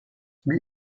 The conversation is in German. wie